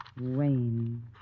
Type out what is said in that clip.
Wayne